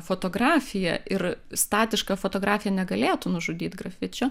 fotografija ir statiška fotografija negalėtų nužudyt grafičio